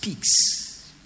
speaks